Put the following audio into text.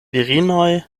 virinoj